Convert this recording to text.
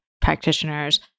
practitioners